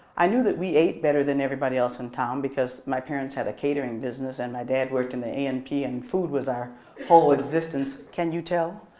i knew that we ate better than everybody else in town because my parents had a catering business and my dad worked in the a and p and food was our whole existence can you tell?